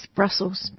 Brussels